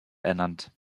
ernannt